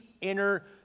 inner